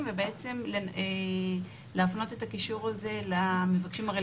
ובעצם להפנות את הקישור הזה למבקשים הרלוונטיים.